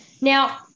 Now